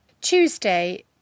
Tuesday